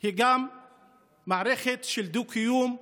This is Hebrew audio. היא גם מערכת של דו-קיום,